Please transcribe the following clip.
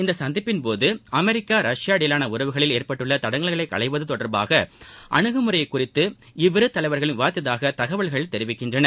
இந்த சந்திப்பின்போது America Russia இடையிவான உறவுகளில் ஏற்பட்டுள்ள தடங்கல்களை களைவது தொடர்பான அனுகுமுறை குறித்து இவ்விரு தலைவர்களும் விவாதித்ததாக தகவல்கள் தெரிவிக்கின்றன